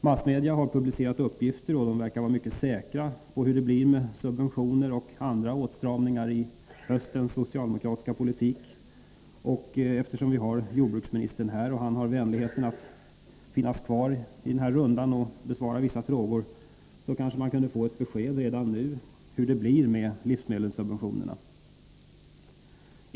Massmedia har publicerat uppgifter som verkar mycket säkra om hur det blir med subventioner och åtstramningar i höstens socialdemokratiska politik, och eftersom jordbruksministern har vänligheten att vara kvar i den här omgången och besvara vissa frågor kanske det skulle gå att få besked redan nu om hur det blir med livsmedelssubventionerna.